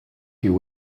few